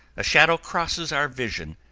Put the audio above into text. a shadow crosses our vision,